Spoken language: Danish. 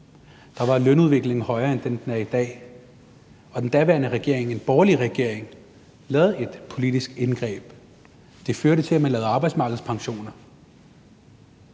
var lønudviklingen højere, end den er i dag, og den daværende regering, en borgerlig regering, lavede et politisk indgreb, og det førte til, at man lavede arbejdsmarkedspensioner.